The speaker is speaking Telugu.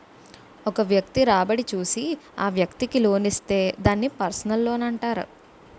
ఒక వ్యక్తి రాబడి చూసి ఆ వ్యక్తికి లోన్ ఇస్తే దాన్ని పర్సనల్ లోనంటారు